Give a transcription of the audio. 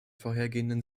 vorhergehenden